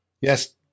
Yes